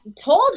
told